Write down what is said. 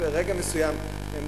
וברגע מסוים הם